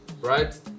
Right